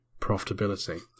profitability